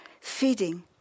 feeding